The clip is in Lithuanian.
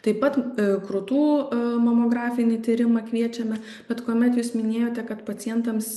taip pat a krūtų mamografinį tyrimą kviečiame bet kuomet jūs minėjote kad pacientams